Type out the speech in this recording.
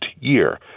year